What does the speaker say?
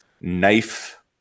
knife